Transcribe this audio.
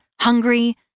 hungry